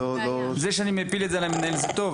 זה שאני מפיל את זה על המנהל זה טוב,